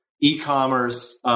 e-commerce